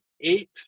eight